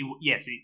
yes